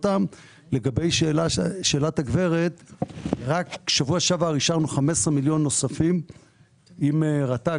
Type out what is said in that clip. בשבוע שעבר אישרנו 15 מיליון עם רט"ג